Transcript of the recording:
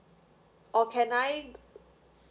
or can I